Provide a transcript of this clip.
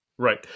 Right